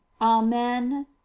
amen